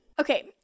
Okay